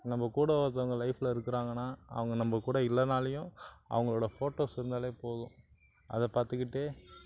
நம்ம கூட ஒருத்தவங்க லைஃப்பில் இருக்கிறாங்கன்னா அவங்க நம்ம கூட இல்லேனாலயும் அவங்களோட ஃபோட்டோஸ் இருந்தாலே போதும் அதை பார்த்துக்கிட்டே